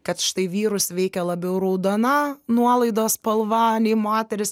kad štai vyrus veikia labiau raudona nuolaidos spalva nei moteris